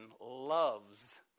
loves